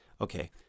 Okay